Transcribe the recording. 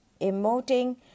emoting